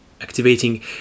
activating